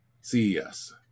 CES